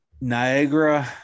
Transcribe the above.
Niagara